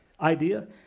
idea